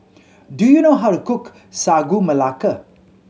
do you know how to cook Sagu Melaka